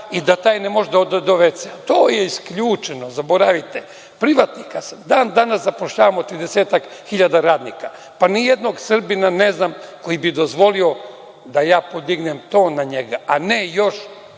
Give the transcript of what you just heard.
i da taj ne može da ode do ve-cea. To je isključeno, zaboravite. Privatnik sam, dan danas zapošljavamo 30-ak hiljada radnika, pa ni jednog Srbina ne znam koji bi dozvolio da ja podignem ton na njega, a ne još